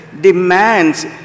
demands